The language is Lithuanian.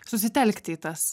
susitelkti į tas